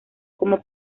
como